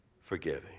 forgiving